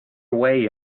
away